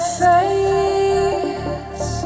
face